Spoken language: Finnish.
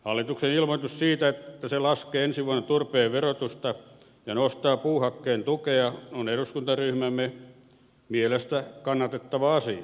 hallituksen ilmoitus siitä että se laskee ensi vuonna turpeen verotusta ja nostaa puuhakkeen tukea on eduskuntaryhmämme mielestä kannatettava asia